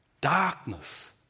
Darkness